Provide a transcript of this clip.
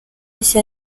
nshya